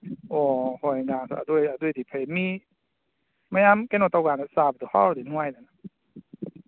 ꯑꯣ ꯍꯣꯏ ꯅꯥꯕ ꯑꯗꯣꯏ ꯑꯗꯣꯏꯗꯤ ꯐꯩ ꯃ ꯃꯌꯥꯝ ꯀꯩꯅꯣ ꯇꯧꯀꯥꯟꯗ ꯆꯥꯕꯗꯣ ꯆꯥꯎꯔꯗꯤ ꯅꯨꯡꯉꯥꯏꯗꯅ